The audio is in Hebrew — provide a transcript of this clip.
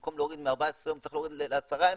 כבר צריך להוריד לעשרה ימים,